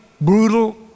brutal